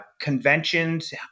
conventions